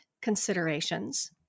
considerations